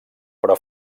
però